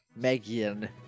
megan